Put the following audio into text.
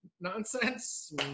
nonsense